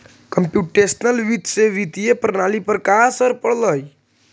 computational वित्त से वित्तीय प्रणाली पर का असर पड़लइ